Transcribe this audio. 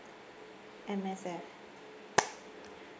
M_S_F